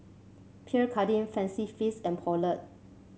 Pierre Cardin Fancy Feast and Poulet